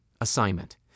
Assignment